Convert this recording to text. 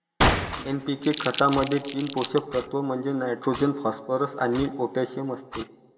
NPK खतामध्ये तीन पोषक तत्व म्हणजे नायट्रोजन, फॉस्फरस आणि पोटॅशियम असते